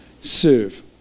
serve